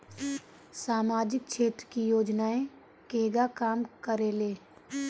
सामाजिक क्षेत्र की योजनाएं केगा काम करेले?